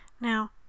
now